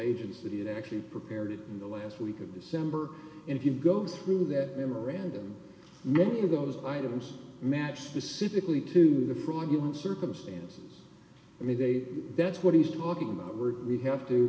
agents that is actually prepared in the last week of december if you go through that memorandum many of those items matched specifically to the fraudulent circumstance i mean they that's what he's talking about were we have to